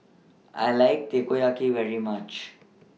I like Takoyaki very much